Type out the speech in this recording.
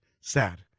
sad